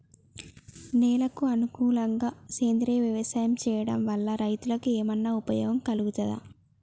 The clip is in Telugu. నేలకు అనుకూలంగా సేంద్రీయ వ్యవసాయం చేయడం వల్ల రైతులకు ఏమన్నా ఉపయోగం కలుగుతదా?